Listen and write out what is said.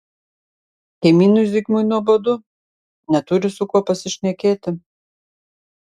kaimynui zigmui nuobodu neturi su kuo pasišnekėti